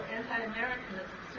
anti-Americanism